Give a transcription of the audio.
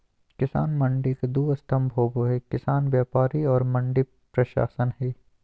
किसान मंडी के दू स्तम्भ होबे हइ किसान व्यापारी और मंडी प्रशासन हइ